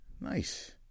Nice